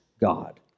God